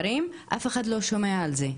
אף אחד לא שומע על זה,